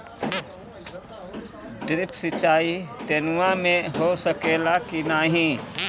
Drip सिंचाई नेनुआ में हो सकेला की नाही?